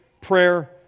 prayer